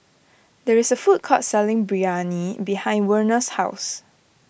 there is a food court selling Biryani behind Werner's house